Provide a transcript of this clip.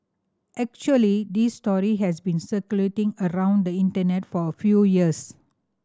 actually this story has been circulating around the Internet for a few years